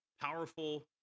powerful